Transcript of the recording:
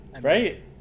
right